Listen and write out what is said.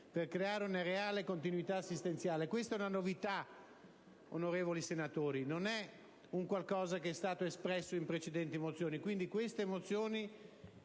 per creare una reale continuità assistenziale. Questa è una vera novità, onorevoli senatori: non è un qualcosa che è stato espresso in precedenti mozioni. La mozione